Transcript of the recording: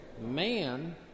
man